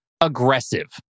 aggressive